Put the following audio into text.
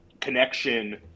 connection